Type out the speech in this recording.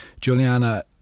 Juliana